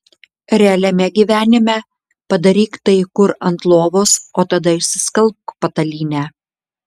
realiame gyvenime padaryk tai kur ant lovos o tada išsiskalbk patalynę